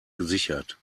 gesichert